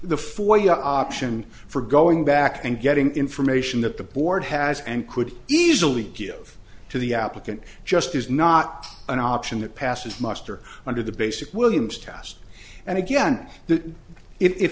the for you option for going back and getting information that the board has and could easily give to the applicant just is not an option that passes muster under the basic williams task and again that if